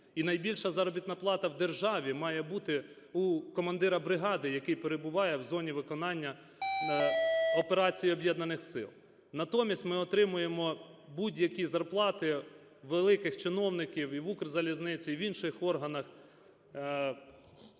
І найбільша заробітна плата в державі має бути у командира бригади, який перебуває в зоні виконання операції Об'єднаних сил. Натомість ми отримуємо будь-які зарплати великих чиновників і в "Укрзалізниці", в інших органах.